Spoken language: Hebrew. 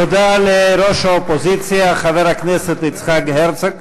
תודה לראש האופוזיציה חבר הכנסת יצחק הרצוג.